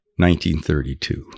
1932